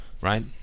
right